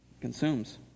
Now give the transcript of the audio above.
Consumes